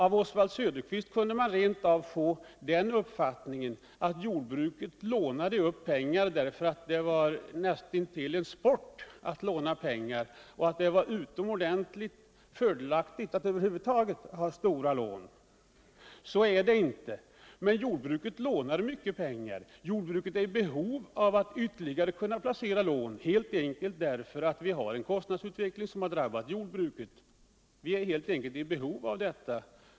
Av Oswald Söderqvists anförande kunde man rent av få den uppfattningen att jordbruket bedrev upplåning av pengar nära nog som en sport och att det skulle vara utomordentligt fördelaktigt att över huvud taget ha stora lån. Så är det inte, men jordbruket lånar mycket pengar och är i behov av att vilerligare placera stora lån, eftersom kostnadsutvecklingen har drabbat jordbrukarna hårt. Vi är helt enkelt i behov av detta.